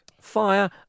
Fire